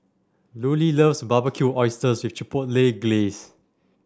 Lulie loves Barbecued Oysters with Chipotle Glaze